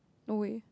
no way